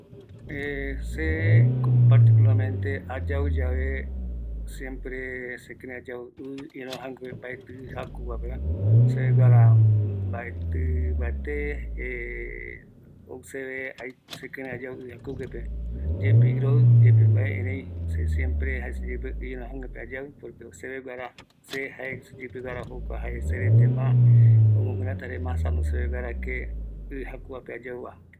Mbaetɨ ko se ikavi mbate, se ayau vaera amo ayau ai yae ducha ɨ jaku va pe, erei ma se aipota va jaeko ɨ iroɨja ävë, erei gara vi oajaete ye iroɨja no, jokua ko ipuere vi semombaerajɨ paraete, jare jaku va jaeramiño vi, ma ko iroɨja vaño mbaerɨ reve oñemoroɨja va se ironja ävë va.